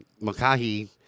Makahi